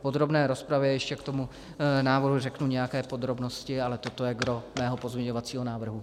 V podrobné rozpravě ještě k tomu návrhu řeknu nějaké podrobnosti, ale toto je gros mého pozměňovacího návrhu.